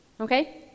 Okay